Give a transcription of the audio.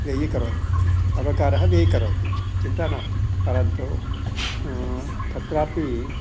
व्ययीकरोति सर्वकारः व्ययीकरोति चिन्ता नास्ति परन्तु तत्रापि